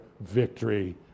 victory